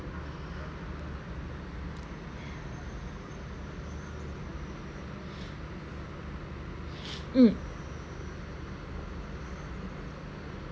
mm